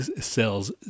cells